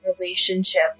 relationship